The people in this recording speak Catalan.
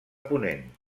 ponent